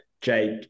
jake